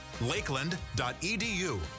Lakeland.edu